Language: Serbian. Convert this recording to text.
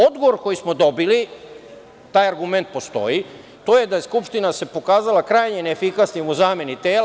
Odgovor koji smo dobili, taj argument postoji, to je da se Skupština pokazala krajnje neefikasnim u zameni tela.